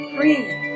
Breathe